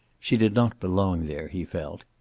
she did not belong there, he felt.